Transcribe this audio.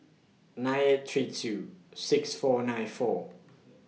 nine eight three two six four nine four